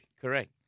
Correct